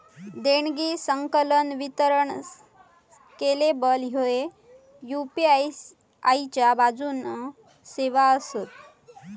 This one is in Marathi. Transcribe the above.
देणगी, संकलन, वितरण स्केलेबल ह्ये यू.पी.आई च्या आजून सेवा आसत